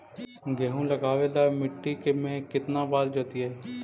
गेहूं लगावेल मट्टी में केतना बार हर जोतिइयै?